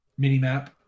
Minimap